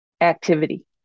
activity